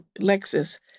Lexus